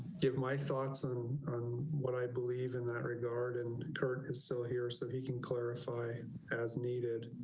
give my thoughts on what i believe in that regard and kirk is still here, so he can clarify as needed.